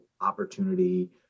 opportunity